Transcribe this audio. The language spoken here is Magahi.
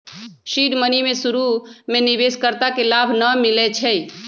सीड मनी में शुरु में निवेश कर्ता के लाभ न मिलै छइ